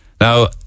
Now